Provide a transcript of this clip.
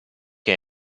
che